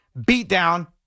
beatdown